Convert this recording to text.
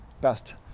best